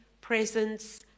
presence